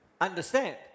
understand